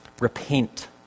Repent